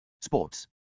Sports